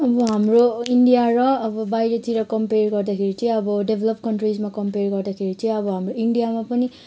अब हाम्रो इन्डिया र अब बाहिरतिर कम्पियर गर्दाखेरि चाहिँ अब डेभ्लप कन्ट्रिजमा कम्पियर गर्दाखेरि चाहिँ अब हाम्रो इन्डियामा पनि